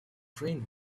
trained